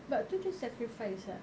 but tu dia sacrifice ah